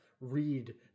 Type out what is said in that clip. read